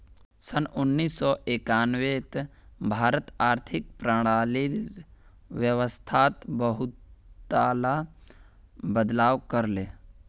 सन उन्नीस सौ एक्यानवेत भारत आर्थिक प्रणालीर व्यवस्थात बहुतला बदलाव कर ले